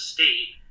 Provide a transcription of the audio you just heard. State